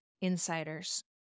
insiders